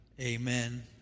Amen